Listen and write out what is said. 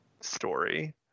story